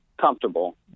comfortable